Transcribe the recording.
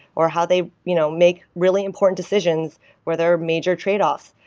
or how they you know make really important decisions where there are major tradeoffs.